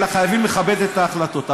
אלא חייבים לכבד את ההחלטות.